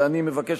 ואני מבקש,